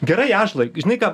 gerai ąžuolai žinai ką